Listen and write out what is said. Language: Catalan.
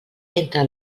entre